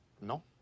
No